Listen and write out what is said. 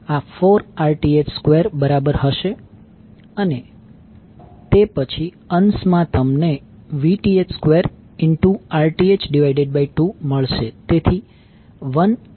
આ 4Rth2 બરાબર હશે અને તે પછી અંશ માં તમને Vth2 Rth 2 મળશે